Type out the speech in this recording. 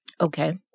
Okay